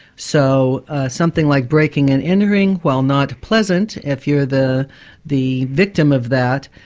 so something like breaking and entering, while not pleasant if you're the the victim of that,